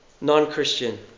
Non-Christian